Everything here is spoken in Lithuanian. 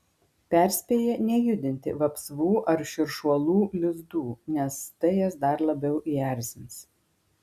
perspėja nejudinti vapsvų ar širšuolų lizdų nes tai jas dar labiau įerzins